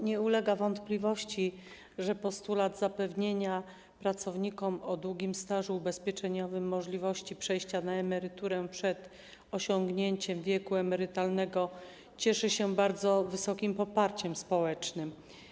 Nie ulega wątpliwości, że postulat zapewnienia pracownikom o długim stażu ubezpieczeniowym możliwości przejścia na emeryturę przed osiągnięciem wieku emerytalnego cieszy się bardzo wysokim poparciem społecznym.